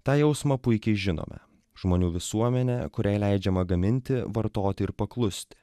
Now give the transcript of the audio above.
tą jausmą puikiai žinome žmonių visuomenė kuriai leidžiama gaminti vartoti ir paklusti